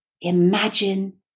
imagine